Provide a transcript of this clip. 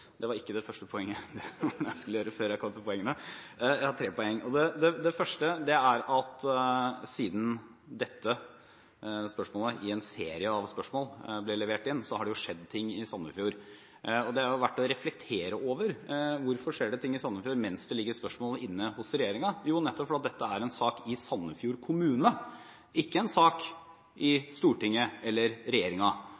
det skulle jeg gjøre før jeg kom til poengene. Jeg har tre poeng, og det første er: Siden dette spørsmålet – i en serie av spørsmål – ble levert inn, har det jo skjedd ting i Sandefjord, og det er verdt å reflektere over: Hvorfor skjer det ting i Sandefjord mens det ligger spørsmål inne hos regjeringen? Jo, nettopp fordi dette er en sak i Sandefjord kommune og ikke en sak